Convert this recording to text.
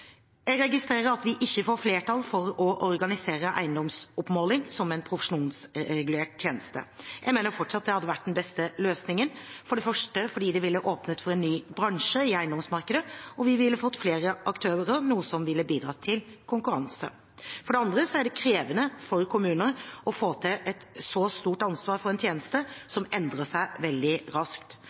Jeg registrerer at vi ikke får flertall for å organisere eiendomsoppmålingen som en profesjonsregulert tjeneste. Jeg mener fortsatt det hadde vært den beste løsningen. For det første ville det åpnet opp for en ny bransje i eiendomsmarkedet, og vi ville fått flere aktører, noe som ville bidratt til konkurranse. For det andre er det krevende for kommunene å få et så stort ansvar for en tjeneste som endrer seg veldig raskt.